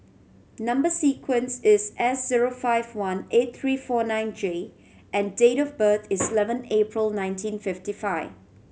number sequence is S zero five one eight three four nine J and date of birth is eleven April nineteen fifty five